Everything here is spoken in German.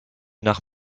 nach